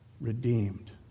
Redeemed